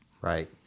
right